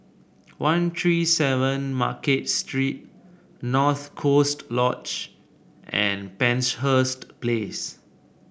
One Three Seven Market Street North Coast Lodge and Penshurst Place